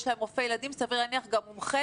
יש להם רופא ילדים וסביר להניח גם מומחה